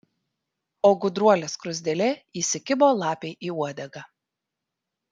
o gudruolė skruzdėlė įsikibo lapei į uodegą